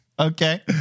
okay